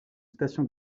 station